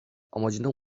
amacına